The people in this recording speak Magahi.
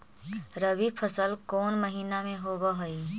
रबी फसल कोन महिना में होब हई?